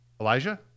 Elijah